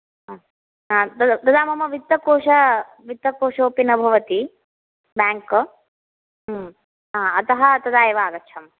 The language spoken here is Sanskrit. हा तदा मम वित्तकोश वित्तकोशोऽपि न भवति बेंक् हं हा अतः तदा एव आगच्छामि